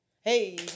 Hey